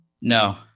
No